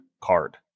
card